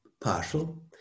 partial